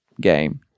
game